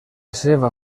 seva